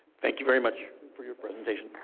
thank you very much for your presentation.